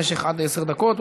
במשך עד עשר דקות,